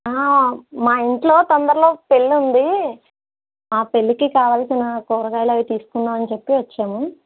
మా ఇంట్లో తొందరలో పెళ్లి ఉంది ఆ పెళ్ళికి కావాల్సిన కూరగాయలు అవీ తీసుకుందాం అని చెప్పి వచ్చాము